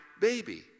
baby